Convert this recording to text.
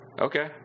Okay